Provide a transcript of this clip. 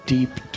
deep